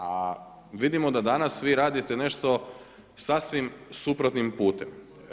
A vidimo da danas vi radite nešto sasvim suprotnim putem.